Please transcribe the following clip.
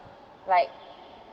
like